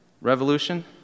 revolution